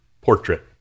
portrait